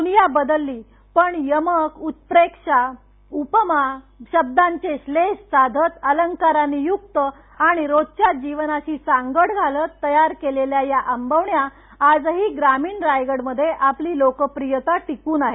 दुनिया बदलली पण यमकउत्प्रेक्षाउपमाशब्दांचे श्लेष साधत अलंकारांनी युक्त आणि रोजच्या जीवनाशी सांगड घालत तयार केलेल्या या आंबवण्या आजही ग्रामीण रायगडमध्ये आपली लोकप्रियता टिकव्न आहेत